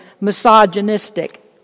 misogynistic